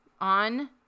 on